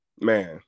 Man